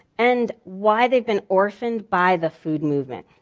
and why they've been orphaned by the food movement.